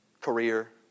career